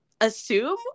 assume